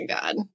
God